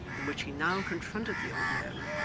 from which he now confronted the old man,